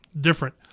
different